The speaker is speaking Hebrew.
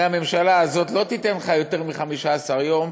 הרי הממשלה הזאת לא תיתן לך יותר מ-15 יום,